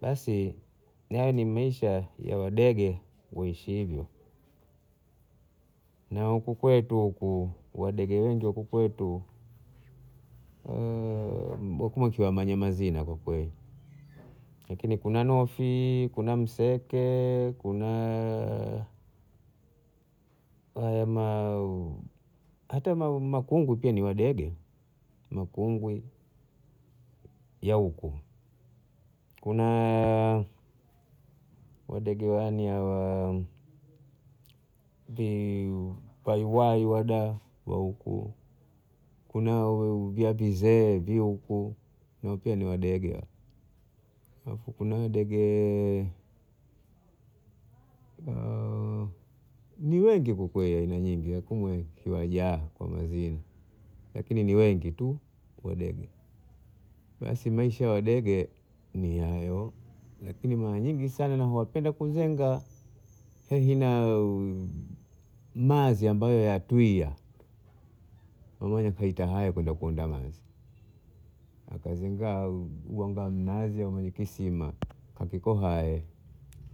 Basi hayo ni Maisha ya wadege waishi hivyo. Na huku kwetu huku wadege wengi huku kwetu lakini kuna nofi, kuna mseke, kuna hata maaa makungwi pia ni wadege makungwi ya huku, kuna wadege wane hawa vi payuwayu wada wa huku kuna vyapi zee huku nao pia ni wadege wale, halafu kuna wadege ni wengi kwa kweli ni aina nyingi nikung'we nikwajaa kwa mazini lakini wengi tu wadege. Basi Maisha ya wadege ni hayo lakini mara nyingi sana navyo wapenda kuzenga kuhehenao mazi ambayo hayatwia Pamoja tunaita hayo kuunda mazi kazingaa kuanga mnazi au ka kisima hakiko hae